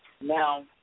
now